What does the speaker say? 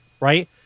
right